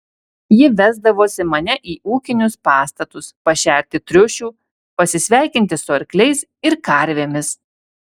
ji vesdavosi mane į ūkinius pastatus pašerti triušių pasisveikinti su arkliais ir karvėmis